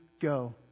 go